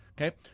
Okay